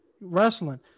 wrestling